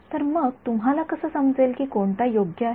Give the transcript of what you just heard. तर मग तुम्हाला कसं समजेल की कोणता योग्य आहे